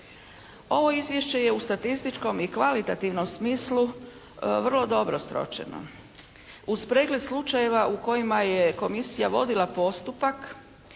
Ovo izvješće je u statističkom i kvalitativnom smislu vrlo dobro sročeno. Uz pregled slučajeva u kojima je komisija vodila postupak